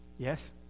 Yes